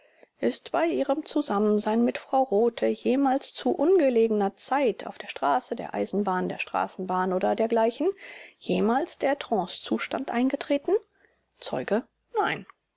ist bei ihrem zusammensein mit frau rothe jemals zu ungelegener zeit auf der straße der eisenbahn der straßenbahn oder dergleichen jemals der trancezustand eingetreten zeuge nein